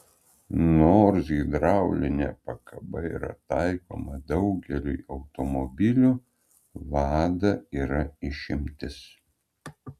nors hidraulinė pakaba yra taikoma daugeliui automobilių lada yra išimtis